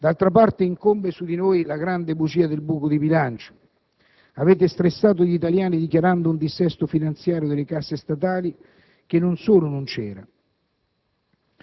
D'altra parte, incombe su di noi la grande bugia del buco di bilancio. Avete stressato gli italiani dichiarando un dissesto finanziario delle casse statali, ma non solo esso non c'era: